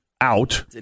out